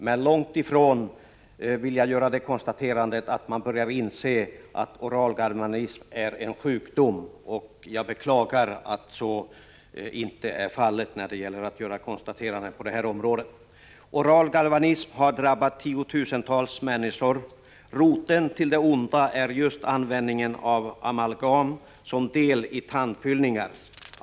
Men jag vill inte alls konstatera att man börjar inse att oral galvanism är en sjukdom — och jag beklagar att jag inte kan göra det konstaterandet. Oral galvanism har drabbat tiotusentals människor. Roten till det onda är just användningen av amalgam som del i tandfyllningar.